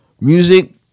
music